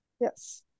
yes